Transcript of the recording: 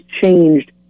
changed